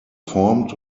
formed